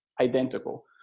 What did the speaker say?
identical